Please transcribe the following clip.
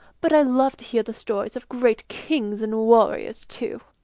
but i love to hear the stories of great kings and warriors, too.